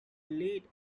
played